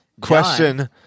Question